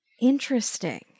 Interesting